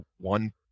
one